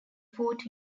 fort